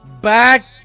back